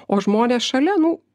o žmonės šalia nu